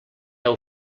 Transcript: heu